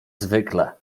zwykle